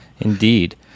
Indeed